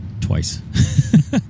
twice